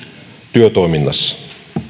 työtoiminnassa tämä on